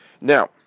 Now